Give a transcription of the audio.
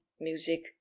music